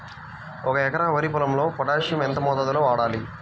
ఒక ఎకరా వరి పొలంలో పోటాషియం ఎంత మోతాదులో వాడాలి?